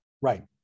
Right